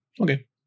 okay